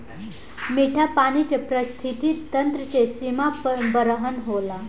मीठा पानी के पारिस्थितिकी तंत्र के सीमा बरहन होला